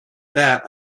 that